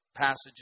passages